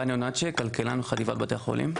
רן יונצ'ה, כלכלן חטיבת בתי החולים.